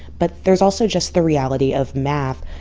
but there's also just the reality of math.